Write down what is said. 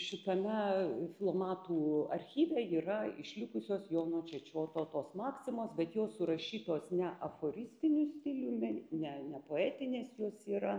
šitame filomatų archyve yra išlikusios jono čečioto tos maksimos bet jos surašytos ne aforistiniu stiliumi ne ne poetinės jos yra